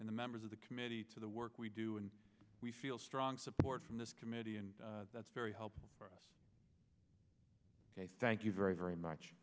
in the members of the committee to the work we do and we feel strong support from this committee and that's very helpful for us thank you very very much